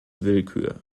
willkür